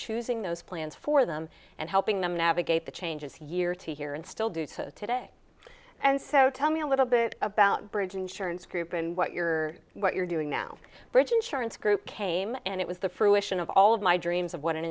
choosing those plans for them and helping them navigate the changes year to here and still do so today and so tell me a little bit about bridge insurance group and what you're what you're doing now bridge insurance group came and it was the fruition of all of my dreams of what an